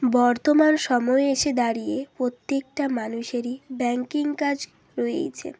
বর্তমান সময়ে এসে দাঁড়িয়ে প্রত্যেকটা মানুষেরই ব্যাংকিং কাজ রয়েইছে